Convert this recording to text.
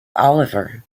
oliver